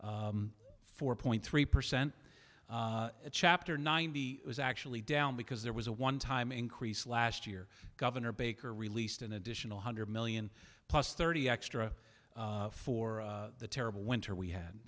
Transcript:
four point three percent chapter nine b is actually down because there was a one time increase last year governor baker released an additional hundred million plus thirty extra for the terrible winter we had